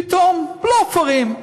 פתאום, בלופרים.